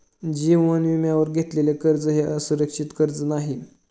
जीवन विम्यावर घेतलेले कर्ज हे असुरक्षित कर्ज नाही